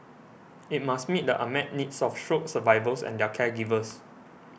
it must meet the unmet needs of stroke survivors and their caregivers